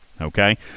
Okay